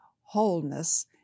wholeness